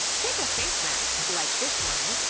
take a face mask like this one,